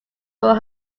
were